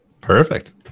Perfect